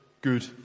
good